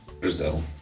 Brazil